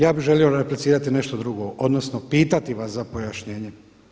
Ja bih želio replicirati nešto drugo odnosno pitati vas za pojašnjenje.